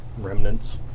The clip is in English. remnants